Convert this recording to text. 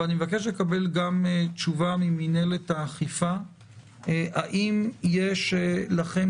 ואני מבקש לקבל גם תשובה ממינהלת האכיפה אם יש לכם